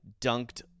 dunked